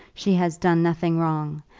she has done nothing wrong,